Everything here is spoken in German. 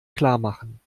klarmachen